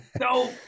No